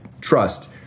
trust